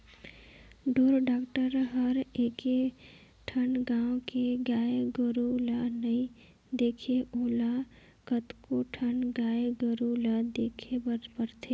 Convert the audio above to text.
ढोर डॉक्टर हर एके ठन गाँव के गाय गोरु ल नइ देखे ओला कतको ठन गाय गोरु ल देखे बर परथे